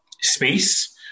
space